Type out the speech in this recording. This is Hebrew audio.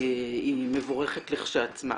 היא מבורכת לכשעצמה.